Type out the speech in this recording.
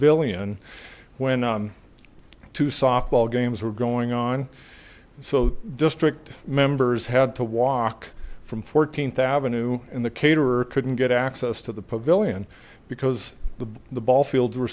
pavilion when two softball games were going on so the district members had to walk from fourteenth avenue and the caterer couldn't get access to the pavilion because the the ball fields were